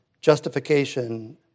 justification